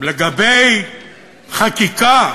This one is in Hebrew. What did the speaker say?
לגבי חקיקה,